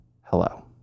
hello